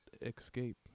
Escape